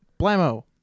blammo